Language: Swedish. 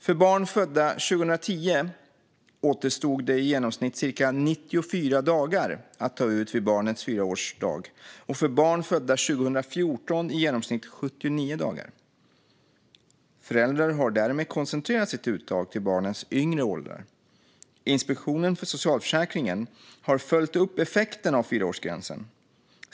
För barn födda 2010 återstod i genomsnitt cirka 94 dagar att ta ut vid barnets fyraårsdag. För barn födda 2014 återstod i genomsnitt 79 dagar. Föräldrar hade därmed koncentrerat sitt uttag till barnens yngre åldrar. Inspektionen för socialförsäkringen har följt upp effekten av fyraårsgränsen.